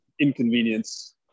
inconvenience